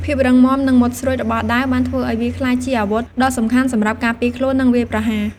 ភាពរឹងមាំ និងមុតស្រួចរបស់ដាវបានធ្វើឱ្យវាក្លាយជាអាវុធដ៏សំខាន់សម្រាប់ការពារខ្លួន និងវាយប្រហារ។